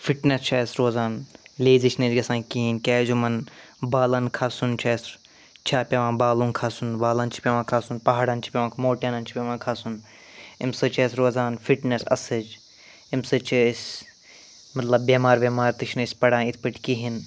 fitness چھِ اسہِ روزان لیزی چھِنہٕ أسۍ گژھان کِہیٖنۍ کیٛازِ یِمَن بالَن کھسُن چھُ اسہِ چھا پیٚوان بالَن کھسُن بالَن چھُ پیٚوان کھسُن پہاڑَن چھُ پیٚوان مونٹینَن چھُ پیٚوان کھسُن اَمہِ سۭتۍ چھِ اسہِ روزان فِٹنیٚس اصٕل اَمہِ سۭتۍ چھِ أسۍ مطلب بیٚمار ویٚمار تہِ چھِنہٕ أسۍ پڑھان یِتھ پٲٹھۍ کِہیٖنۍ